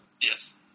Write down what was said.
Yes